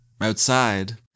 Outside